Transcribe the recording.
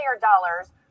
dollars